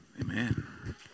Amen